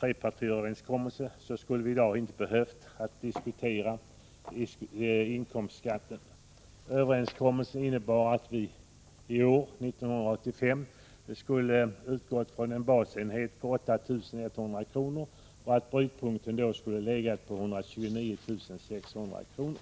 trepartiöverenskommelsen angå 'ende skatterna skulle vi i dag inte ha behövt diskutera inkomstskatten. Överenskommelsen innebar att vi i år, 1985, skulle ha utgått från en basenhet på 8 100 kr. och att brytpunkten då skulle ha legat på 129 600 kr.